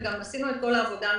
וגם עשינו את כל העבודה המקצועית.